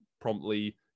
promptly